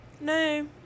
No